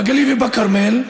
בגליל ובכרמל.